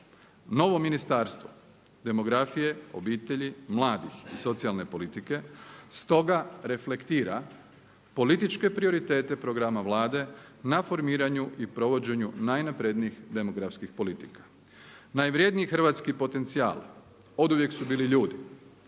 Novo Ministarstvo demografije, obitelji, mladih i socijalne politike stoga reflektira političke prioritete programa Vlade na formiranju i provođenju najnaprednijih demografskih politika. Najvrjedniji hrvatski potencijal oduvijek su bili ljudi